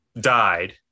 died